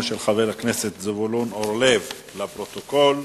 428, של חבר הכנסת זבולון אורלב, לפרוטוקול.